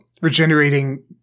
regenerating